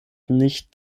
nicht